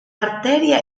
arteria